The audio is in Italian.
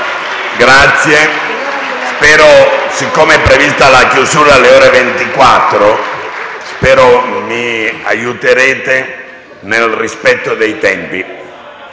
Poiché è prevista la chiusura alle ore 24, spero mi aiuterete nel rispetto dei tempi,